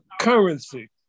currency